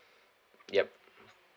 ya